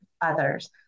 others